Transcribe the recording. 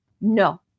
no